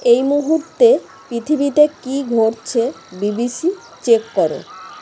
এই মুহূর্তে পৃথিবীতে কী ঘটছে বিবিসি চেক কর